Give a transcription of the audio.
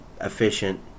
efficient